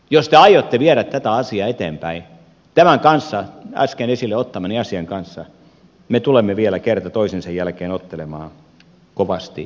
jos te aiotte viedä tätä asiaa eteenpäin tämän kanssa äsken esille ottamani asian kanssa me tulemme vielä kerta toisensa jälkeen ottelemaan kovasti ja lujasti